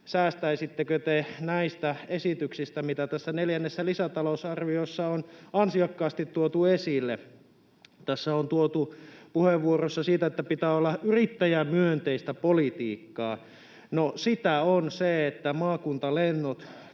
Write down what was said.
säästäisittekö te näistä esityksistä, mitä tässä neljännessä lisätalousarviossa on ansiokkaasti tuotu esille? Tässä on tuotu puheenvuoroissa sitä, että pitää olla yrittäjämyönteistä politiikkaa. No, sitä on se, että maakuntalennot